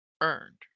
earned